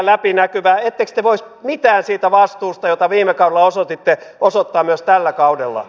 ettekö te voisi mitään siitä vastuusta jota viime kaudella osoititte osoittaa myös tällä kaudella